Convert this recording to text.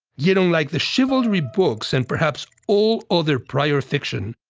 yet unlike the chivalry books and perhaps all other prior fiction,